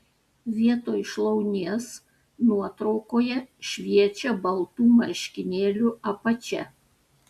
vietoj šlaunies nuotraukoje šviečia baltų marškinėlių apačia